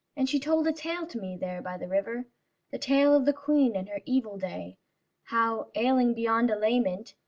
and she told a tale to me there by the river the tale of the queen and her evil day how, ailing beyond allayment,